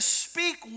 speak